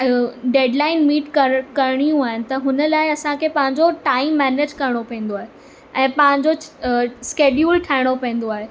अयो deadline meet करणियूं आइन त हुन लाइ असांखे पंहिंजो टाइम मैनेज करिणो पवंदो आहे ऐं पंहिंजो स्कैडयूल ठाहिणो पवंदो आहे